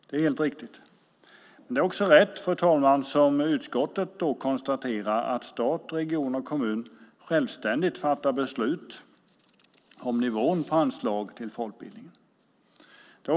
Det är också rätt, fru talman, som utskottet konstaterar att stat, region och kommun självständigt fattar beslut om nivån på anslag till folkbildningen.